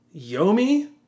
Yomi